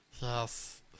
Yes